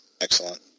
excellent